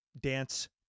Dance